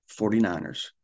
49ers